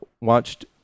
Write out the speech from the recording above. watched